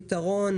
הפתרון,